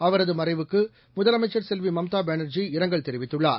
அவரதுமறைவுக்குமுதலமைச்சர் செல்விமம்தாபானர்ஜி இரங்கல் தெரிவித்துள்ளார்